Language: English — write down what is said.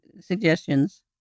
suggestions